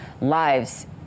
lives